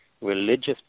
religious